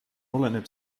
oleneb